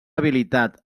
habilitat